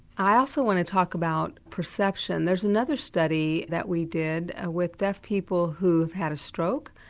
i also want to talk about perception there's another study that we did ah with deaf people who have had a stroke,